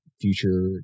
future